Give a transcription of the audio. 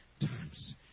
times